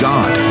God